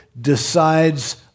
decides